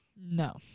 No